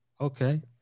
Okay